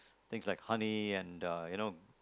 things like honey and uh you know